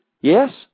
Yes